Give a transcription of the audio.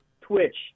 Twitch